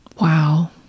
wow